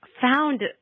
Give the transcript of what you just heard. found